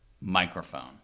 microphone